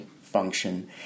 function